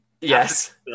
Yes